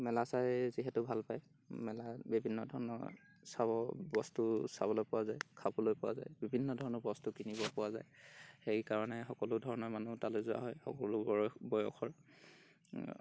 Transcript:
মেলা চাই যিহেতু ভাল পায় মেলা বিভিন্ন ধৰণৰ চাব বস্তু চাবলৈ পোৱা যায় খাবলৈ পোৱা যায় বিভিন্ন ধৰণৰ বস্তু কিনিব পোৱা যায় সেইকাৰণে সকলোধৰণৰ মানুহ তালৈ যোৱা হয় সকলো বয়স বয়সৰ